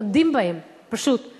רודים בהם פשוט,